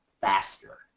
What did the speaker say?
faster